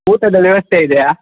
ಊಟದ ವ್ಯವಸ್ಥೆ ಇದೆಯಾ